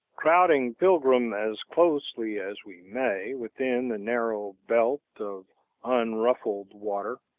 crowding pilgrim as closely as we may, within the narrow belt of unruffled water,